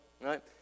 right